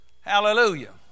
hallelujah